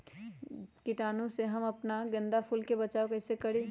कीटाणु से हम अपना गेंदा फूल के बचाओ कई से करी?